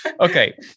Okay